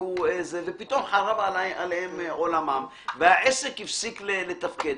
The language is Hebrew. ופתאום חרב עליהם עולמם והעסק הפסיק לתפקד.